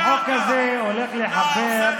החוק הזה הולך לחבר,